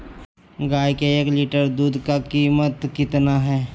गाय के एक लीटर दूध का कीमत कितना है?